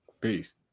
Peace